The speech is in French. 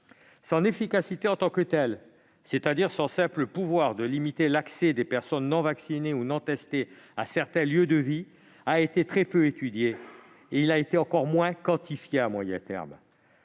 sanitaire en tant que tel, c'est-à-dire son simple pouvoir de limiter l'accès des personnes non vaccinées ou non testées à certains lieux de vie a été très peu étudiée et encore moins quantifiée sur le moyen terme.